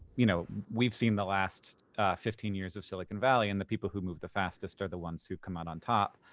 you know we've seen the last fifteen years of silicon valley and the people who move the fastest are the ones who come out on top.